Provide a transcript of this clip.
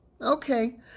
Okay